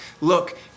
look